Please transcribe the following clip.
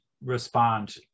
respond